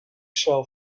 shell